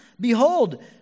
Behold